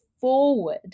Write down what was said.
forward